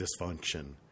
dysfunction